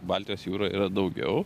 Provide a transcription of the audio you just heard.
baltijos jūroj yra daugiau